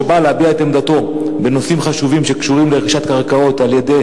שבא להביע את עמדתו בנושאים חשובים שקשורים לרכישת קרקעות על-ידי